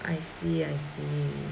I see I see